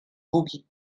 boogie